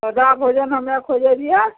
सादा भोजन हमे खोजै रहिए